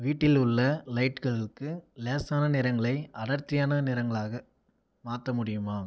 வீட்டில் உள்ள லைட்களுக்கு லேசான நிறங்களை அடர்த்தியான நிறங்களாக மாற்ற முடியுமா